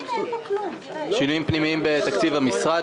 שינויים פנימיים בתקציב המשרד,